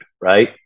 right